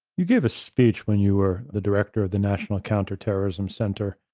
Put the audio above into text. you gave a speech when you were the director of the national counterterrorism center,